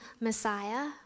Messiah